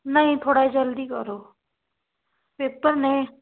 ਨਹੀਂ ਥੋੜਾ ਜਲਦੀ ਕਰੋ ਪੇਪਰ ਨੇ